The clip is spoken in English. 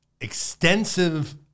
extensive